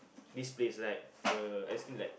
this place right the ice cream like